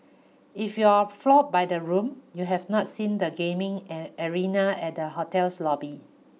if you're floored by the room you have not seen the gaming air arena at the hotel's lobby